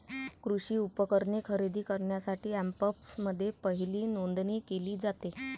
कृषी उपकरणे खरेदी करण्यासाठी अँपप्समध्ये पहिली नोंदणी केली जाते